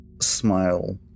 smile